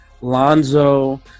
Lonzo